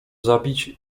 zabić